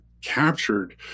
captured